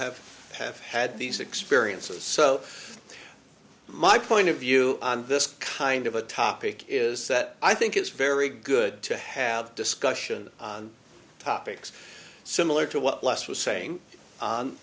have have had these experiences so my point of view on this kind of a topic is that i think it's very good to have discussion on topics similar to what les was saying